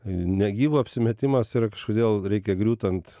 negyvu apsimetimas yra kažkodėl reikia griūt ant